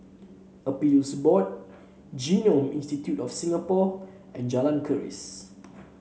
Appeals Board Genome Institute of Singapore and Jalan Keris